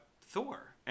Thor